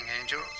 Angel